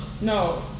No